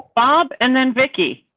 bob. and then vicky.